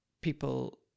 people